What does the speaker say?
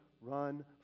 run